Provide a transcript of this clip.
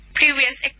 Previous